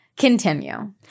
Continue